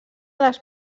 les